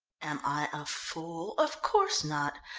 am i a fool? of course not!